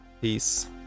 Peace